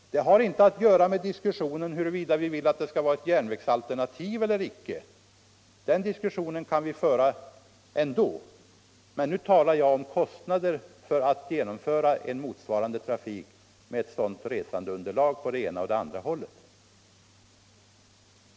Det har inte något att göra med diskussionen huruvida det skall vara ett järnvägsalternativ eller icke. Den kan vi föra ändå. Nu talar jag om kostnader för att genomföra pendeltrafik på olika håll med olika resandeunderlag.